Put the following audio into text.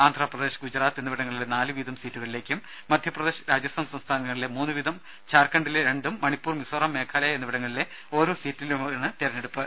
ആന്ധ്രപ്രദേശ് ഗുജറാത്ത് തെരഞ്ഞെടുപ്പ് എന്നിവിടങ്ങളിലെ നാല് വീതം സീറ്റിലേക്കും മധ്യപ്രദേശ് രാജസ്ഥാൻ സംസ്ഥാനങ്ങളിലെ മൂന്ന് വീതവും ഝാർഖണ്ഡിലെ രണ്ടും മണിപ്പൂർ മിസോറാം മേഘാലയ എന്നിവിടങ്ങളിലെ ഓരോ സീറ്റിലേക്കുമാണ് തെരഞ്ഞെടുപ്പ്